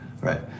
Right